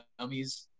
gummies